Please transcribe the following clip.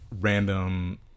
random